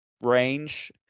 range